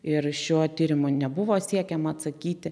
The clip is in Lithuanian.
ir šiuo tyrimo nebuvo siekiama atsakyti